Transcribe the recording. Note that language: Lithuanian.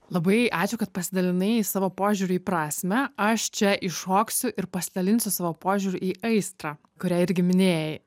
labai ačiū kad pasidalinai savo požiūriu į prasmę aš čia įšoksiu ir pasidalinsiu savo požiūriu į aistrą kurią irgi minėjai